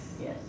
yes